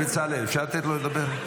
בצלאל, אפשר לתת לו לדבר?